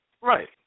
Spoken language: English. Right